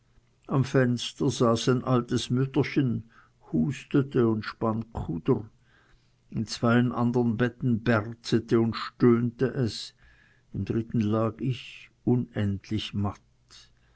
am fenster saß ein altes mütterchen hustete und spann kuder in zweien andern betten berzete und stöhnte es im dritten lag ich unendlich matt